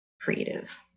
creative